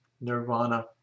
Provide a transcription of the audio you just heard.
nirvana